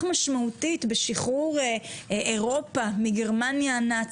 משמעותית בשחרור אירופה מגרמניה הנאצית,